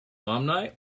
alumni